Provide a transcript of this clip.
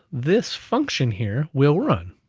this function here will run,